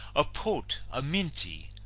a pote, a mintie,